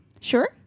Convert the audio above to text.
Sure